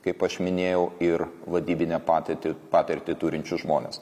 kaip aš minėjau ir vadybinę patirtį patirtį turinčius žmones